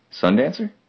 Sundancer